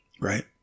right